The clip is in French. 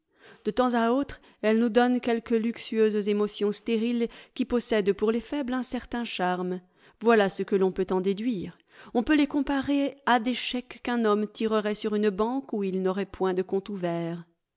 de temps à autre elles nous donnent quelques luxueuses émotions stériles qui possèdent pour les faibles un certain charme voilà ce que l'on peut en déduire on peut les comparer à des chèques qu'un homme tirerait sur une banque où il n'aurait point de compte ouvert